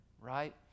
right